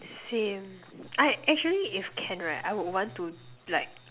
same I actually if can right I would want to like